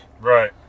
Right